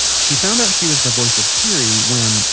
she found out she was the voice of siri when.